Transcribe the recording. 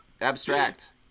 abstract